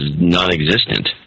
non-existent